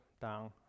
down